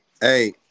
Hey